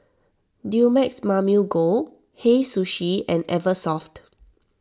Dumex Mamil Gold Hei Sushi and Eversoft